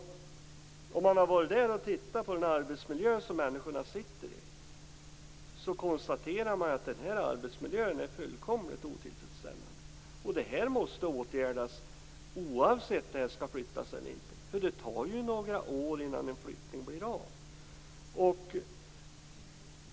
Den som har varit där och sett de anställdas arbetsmiljö kan konstatera att denna är helt otillfredsställande. Detta måste åtgärdas oavsett om verksamheten skall flyttas eller inte. Det tar ju några år innan en flyttning genomförs.